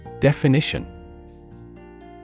Definition